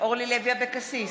אורלי לוי אבקסיס,